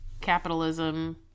capitalism